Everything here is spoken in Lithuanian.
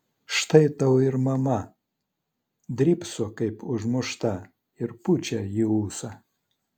štai tau ir mama drybso kaip užmušta ir pučia į ūsą